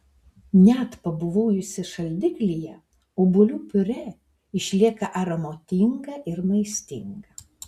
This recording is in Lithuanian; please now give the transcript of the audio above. net pabuvojusi šaldiklyje obuolių piurė išlieka aromatinga ir maistinga